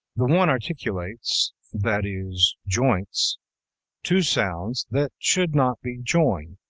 the one articulates that is, joints two sounds that should not be joined,